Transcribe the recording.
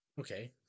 Okay